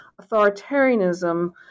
authoritarianism